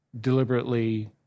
deliberately